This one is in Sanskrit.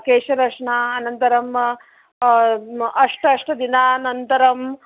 केशरचना अनन्तरं अष्ट अष्टदिनानन्तरं